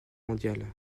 mondiale